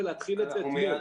ולהתחיל את זה אתמול.